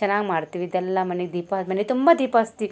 ಚೆನ್ನಾಗಿ ಮಾಡ್ತೀವಿ ಇದೆಲ್ಲ ಮನೆ ದೀಪ ಆದಮೇಲೆ ತುಂಬ ದೀಪ ಹಚ್ತೀವಿ